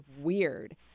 weird